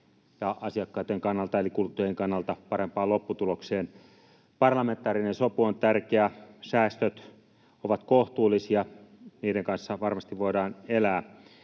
ja asiakkaitten eli kuluttajien kannalta parempaan lopputulokseen. Parlamentaarinen sopu on tärkeä. Säästöt ovat kohtuullisia, ja niiden kanssa varmasti voidaan elää.